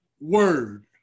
word